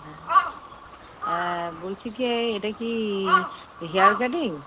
হ্যাঁ বলছি কি এটা কি হেয়ার কাটিং